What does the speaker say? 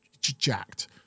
jacked